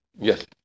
Yes